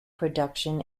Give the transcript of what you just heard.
production